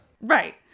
Right